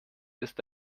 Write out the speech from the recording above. ist